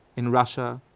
in russia,